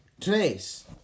Trace